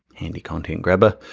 handy content grabber.